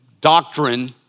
doctrine